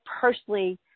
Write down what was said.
personally